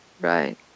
right